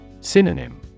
Synonym